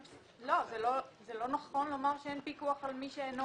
זה לא נכון לומר שאין פיקוח על מי שאינו בעל תפקיד.